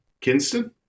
Kinston